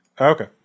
Okay